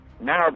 now